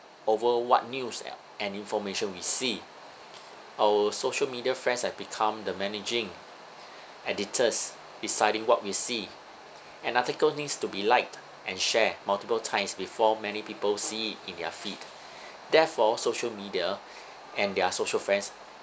over what news and information we see our social media friends have become the managing editors deciding what we see an article needs to be liked and share multiple times before many people see it in their feed therefore social media and their social friends